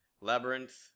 Labyrinth